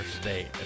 state